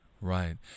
right